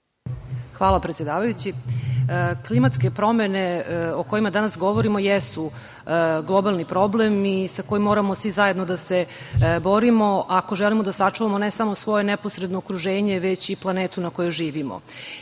Hvala, predsedavajući. Klimatske promene o kojima danas govorimo jesu globalni problem sa kojim moramo svi zajedno da se borimo, ako želimo da sačuvamo ne samo svoje neposredno okruženje, već i planetu na kojoj živimo.